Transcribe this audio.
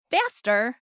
faster